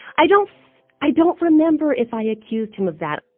i don't i don't remember if i accused him of that.